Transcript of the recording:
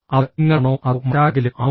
അത് നിങ്ങളാണോ അതോ മറ്റാരെങ്കിലും ആണോ